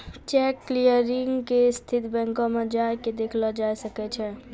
cheque clearing के स्थिति बैंको मे जाय के देखलो जाय सकै छै